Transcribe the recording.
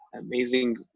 amazing